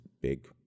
big